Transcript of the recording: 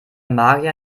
magier